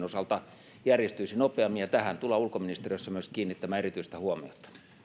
osalta järjestyisi nopeammin ja tähän tullaan ulkoministeriössä myös kiinnittämään erityistä huomiota